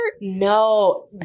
no